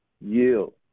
yield